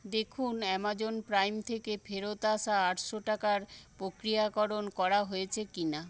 দেখুন Amazon Prime থেকে ফেরত আসা আটশো টাকার প্রক্রিয়াকরণ করা হয়েছে কি না